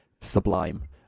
sublime